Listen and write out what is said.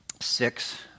six